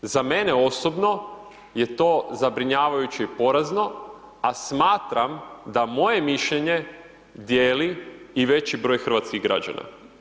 Za mene osobno je to zabrinjavajuće i porazno, a smatram da moje mišljenje dijeli i veći broj hrvatskih građana.